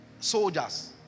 soldiers